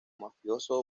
mafioso